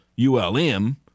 ULM